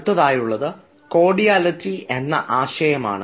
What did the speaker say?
അടുത്തതായുള്ളത് cordiality എന്ന ആശയമാണ്